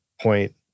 point